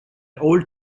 old